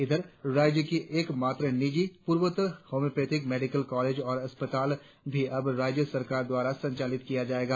इधर राज्य की एकमात्र निजी पूर्वोत्तर होमियोपेथिक मेडिकल कॉलेज और अस्पताल भी अब राज्य सरकार द्वारा संचालित किया जाएगा